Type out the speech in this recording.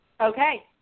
Okay